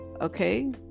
okay